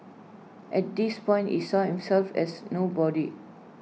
at this point he saw himself as nobody